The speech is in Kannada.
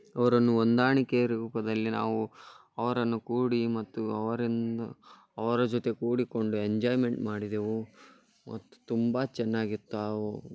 ಅವರನ್ನು ಹೊಂದಾಣಿಕೆ ರೂಪದಲ್ಲಿ ನಾವು ಅವರನ್ನು ಕೂಡಿ ಮತ್ತು ಅವರಿಂದ ಅವರ ಜೊತೆ ಕೂಡಿಕೊಂಡು ಎಂಜಾಯ್ಮೆಂಟ್ ಮಾಡಿದೆವು ಮತ್ತು ತುಂಬ ಚೆನ್ನಾಗಿತ್ತು ಅವು